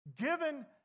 given